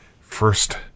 first